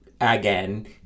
again